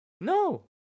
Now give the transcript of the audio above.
no